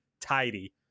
tidy